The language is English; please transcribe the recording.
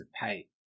pay